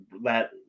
Let